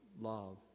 love